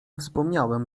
wspomniałem